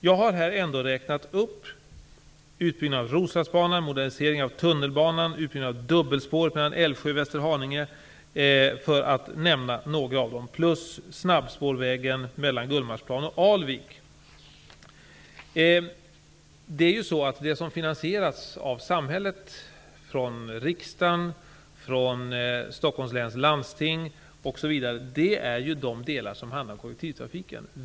Jag har ändå räknat upp utbyggnaden av Roslagsbanan, moderniseringen av tunnelbanan, utbyggnaden av dubbelspåret mellan Älvsjö och Västerhaninge, snabbspårvägen mellan Gullmarsplan och Alvik, för att nu nämna några. Det som finansieras av samhället -- från riksdagen, från Stockholms läns landsting osv. -- är de delar som handlar om kollektivtrafiken.